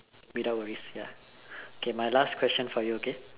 without worries ya okay my last question for you okay